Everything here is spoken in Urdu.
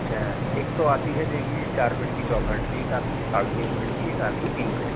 اچھا ایک تو آتی ہے دیکھیے چار فٹ کی چوکھٹ ایک آتی ہے ساڑھے تین فٹ کی ایک آتی ہے تین فٹ